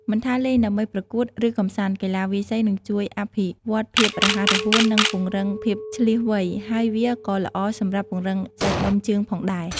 មិនថាលេងដើម្បីប្រកួត ឬកម្សាន្ត កីឡាវាយសី នឹងជួយអភិវឌ្ឍភាពរហ័សរហួន និងពង្រឹងភាពឈ្លាសវៃ ហើយវាក៏ល្អសម្រាប់ពង្រឹងសាច់ដុំជើងផងដែរ។